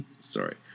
Sorry